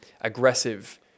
aggressive